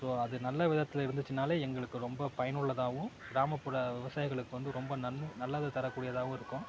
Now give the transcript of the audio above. so அது நல்ல விதத்தில் இருந்துச்சுன்னாலே எங்களுக்கு ரொம்ப பயனுள்ளதாவும் கிராமப்புற விவசாயிகளுக்கு வந்து ரொம்ப நன் நல்லதை தரக்கூடியதாவும் இருக்கும்